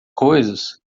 coisas